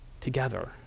together